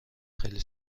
خیلی